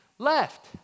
left